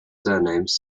surnames